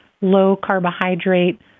low-carbohydrate